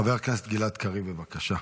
חבר הכנסת גלעד קריב, בבקשה.